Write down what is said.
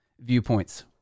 viewpoints